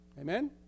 Amen